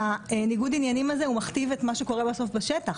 שניגוד העניינים הזה מכתיב את מה שקורה בסוף בשטח.